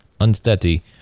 unsteady